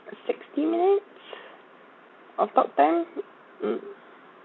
sixty minutes of talk time mmhmm